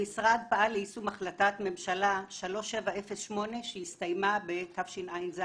המשרד פעל ליישום החלטת ממשלה 3708 שהסתיימה בתשע"ז